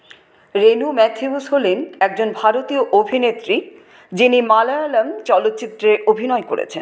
রেনু Mathews হলেন একজন ভারতীয় অভিনেত্রী যিনি মালায়লম চলচ্চিত্রে অভিনয় করেছেন